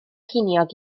ceiniog